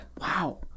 Wow